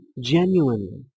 genuinely